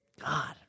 God